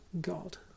God